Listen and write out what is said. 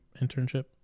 internship